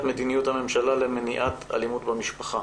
מדיניות הממשלה למניעת אלימות במשפחה.